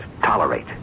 tolerate